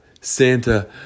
Santa